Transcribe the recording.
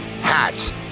hats